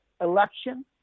election